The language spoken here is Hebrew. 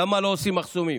למה לא עושים מחסומים?